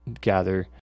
gather